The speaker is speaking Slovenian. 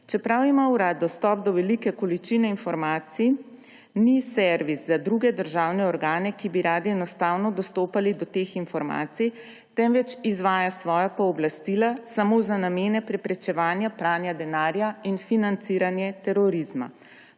Čeprav ima urad dostop do velike količine informacij, ni servis za druge državne organe, ki bi radi enostavno dostopali do teh informacij, temveč izvaja svoja pooblastila samo za namene preprečevanja pranja denarja in financiranje terorizma.